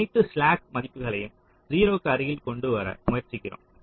அனைத்து ஸ்லாக் மதிப்புகளையும் 0 க்கு அருகில் கொண்டுவர முயற்சிக்கிறோம்